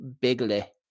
bigly